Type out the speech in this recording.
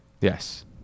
Yes